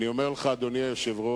אני אומר לך, אדוני היושב-ראש,